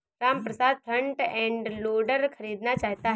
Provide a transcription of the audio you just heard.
Ramprasad front end loader खरीदना चाहता है